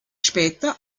später